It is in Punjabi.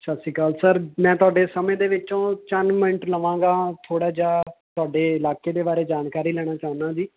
ਸਤਿ ਸ਼੍ਰੀ ਅਕਾਲ ਸਰ ਮੈਂ ਤੁਹਾਡੇ ਸਮੇਂ ਦੇ ਵਿੱਚੋਂ ਚੰਦ ਮਿੰਟ ਲਵਾਗਾਂ ਥੋੜਾ ਜਿਹਾ ਤੁਹਾਡੇ ਇਲਾਕੇ ਦੇ ਬਾਰੇ ਜਾਣਕਾਰੀ ਲੈਣਾ ਚਾਹੁੰਦਾ ਜੀ